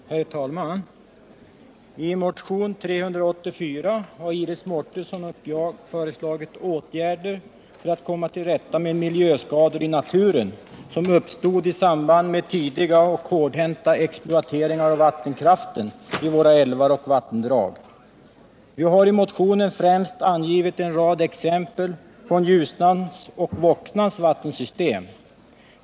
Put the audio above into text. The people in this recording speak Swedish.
Herr talman! I motion 1977/78:384 har Iris Mårtensson och jag föreslagit åtgärder för att komma till rätta med miljöskador i naturen som uppstått i samband med tidiga och hårdhänta exploateringar av vattenkraften i våra älvar och vattendrag. Vi har i motionen främst angivit en rad exempel från Ljusnans och Voxnans vattensystem.